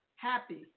Happy